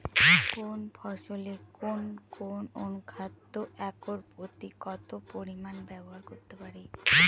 কোন ফসলে কোন কোন অনুখাদ্য একর প্রতি কত পরিমান ব্যবহার করতে পারি?